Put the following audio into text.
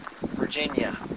Virginia